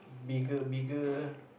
bigger bigger